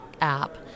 app